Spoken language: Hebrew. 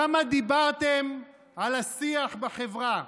כמה דיברתם על השיח בחברה,